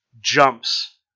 jumps